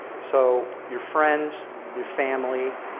so your friends, your family,